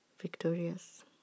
victorious